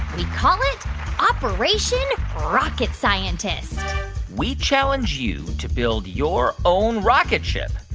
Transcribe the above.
we call it operation rocket scientist we challenge you to build your own rocket ship.